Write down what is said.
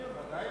ודאי לדיון.